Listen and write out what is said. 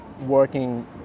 working